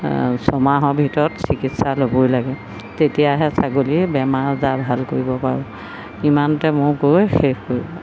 ছমাহৰ ভিতৰত চিকিৎসা ল'বই লাগে তেতিয়াহে ছাগলীৰ বেমাৰ আজাৰ ভাল কৰিব পাৰোঁ ইমানতে ময়ো কৈ শেষ কৰিলোঁ